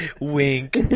wink